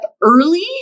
early